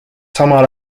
samal